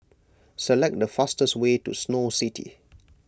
select the fastest way to Snow City